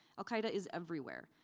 al qaeda is everywhere.